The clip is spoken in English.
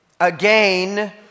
Again